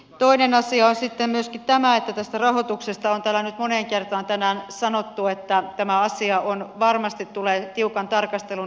toinen asia on myöskin tämä että tästä rahoituksesta on täällä nyt moneen kertaan tänään sanottu että tämä asia varmasti tulee tiukan tarkastelun alle